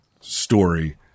story